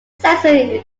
sensor